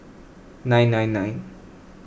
nine nine nine